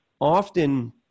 Often